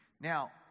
now